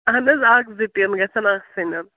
اہن حظ اَکھ زٕ ٹیٖن گژھن آسٕنۍ